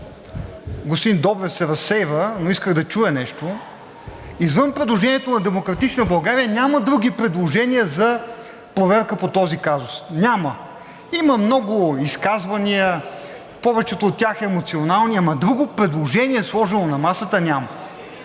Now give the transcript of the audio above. горивата в България. Интересно е, че извън предложението на „Демократична България“ няма други предложения за проверка по този казус, няма. Има много изказвания, повечето от тях емоционални, ама друго предложение сложено на масата няма.